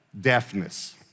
deafness